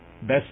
best